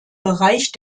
bereich